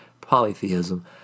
polytheism